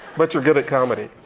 but you're good at comedy.